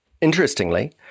interestingly